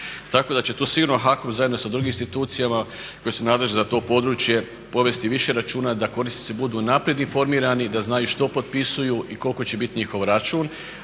Tako da će to sigurno HAKOM zajedno sa drugim institucijama koje su nadležne za to područje povesti više računa da korisnici budu unaprijed informirani, da znaju što potpisuju i koliko će biti njihov račun.